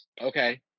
Okay